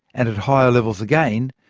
and at higher levels again,